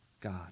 God